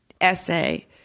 essay